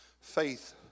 faith